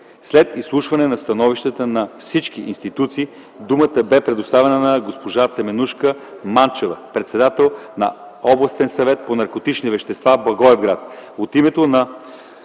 След изслушване на становищата на всички институции думата бе предоставена на госпожа Теменужка Манчева - председател на Областен съвет по наркотични вещества, Благоевград.